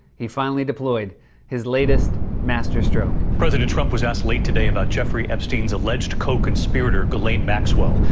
he finally deployed his latest master stroke. president trump was asked late today about jeffrey epstein's alleged co-conspirator, ghislaine maxwell.